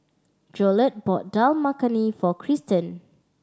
Jolette bought Dal Makhani for Cristen